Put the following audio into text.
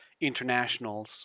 internationals